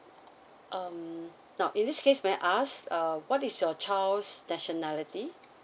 um now in this case may I ask uh what is your child's nationality